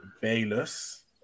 Bayless